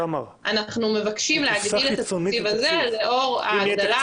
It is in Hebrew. אנחנו מבקשים להגדיל את התקציב הזה לאור ההגדלה